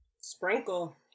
Sprinkle